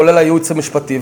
כולל הייעוץ המשפטי,